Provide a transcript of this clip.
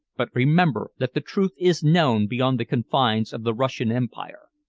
but remember that the truth is known beyond the confines of the russian empire,